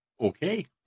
okay